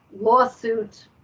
lawsuit